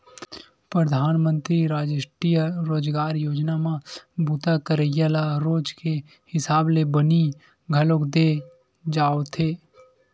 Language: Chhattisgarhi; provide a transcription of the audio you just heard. परधानमंतरी रास्टीय रोजगार योजना म बूता करइया ल रोज के हिसाब ले बनी घलोक दे जावथे